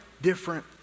different